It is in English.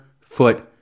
foot